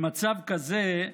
במצב כזה,